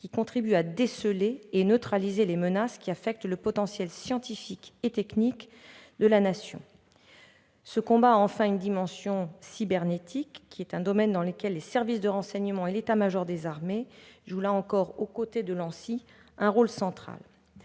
qui contribue à déceler et neutraliser les menaces affectant le potentiel scientifique et technique de la Nation. Ce combat a enfin une dimension cybernétique, un domaine dans lequel les services de renseignement et l'état-major des armées jouent là encore, aux côtés de l'ANSSI, un rôle central.